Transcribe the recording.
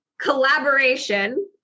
collaboration